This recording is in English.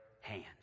hands